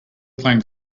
playing